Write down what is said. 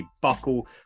Buckle